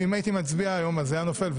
אם הייתי מצביע היום זה היה נופל.